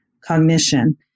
cognition